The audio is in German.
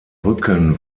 rücken